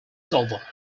silver